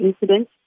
incident